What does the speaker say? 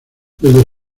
desde